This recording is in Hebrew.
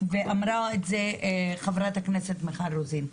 ואמרה את זה חה"כ מיכל רוזין,